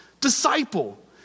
disciple